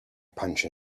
punch